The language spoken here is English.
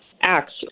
acts